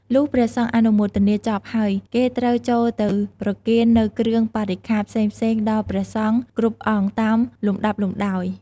លុះព្រះសង្ឃអនុមោទនាចប់ហើយគេត្រូវចូលទៅប្រគេន នូវគ្រឿងបរិក្ខារផ្សេងៗដល់ព្រះសង្ឃគ្រប់អង្គតាមលំដាប់លំដោយ ។